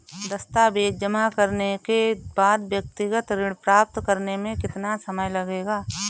दस्तावेज़ जमा करने के बाद व्यक्तिगत ऋण प्राप्त करने में कितना समय लगेगा?